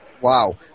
Wow